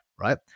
right